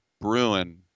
Bruin